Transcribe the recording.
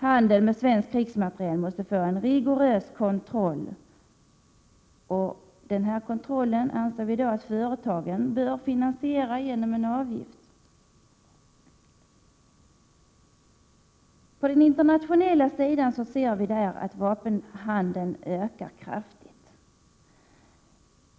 Handel med svensk krigsmateriel måste underkastas en rigorös kontroll. Vi anser att företagen bör finansiera denna kontroll genom en avgift. Den internationella vapenhandeln ökar kraftigt.